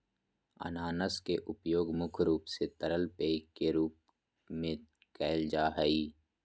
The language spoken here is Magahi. अनानास के उपयोग मुख्य रूप से तरल पेय के रूप में कईल जा हइ